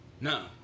No